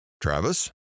Travis